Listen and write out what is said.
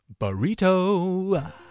Burrito